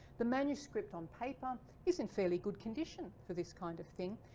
the manuscript on paper is in fairly good condition for this kind of thing,